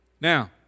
Now